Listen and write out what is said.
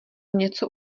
něco